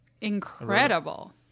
Incredible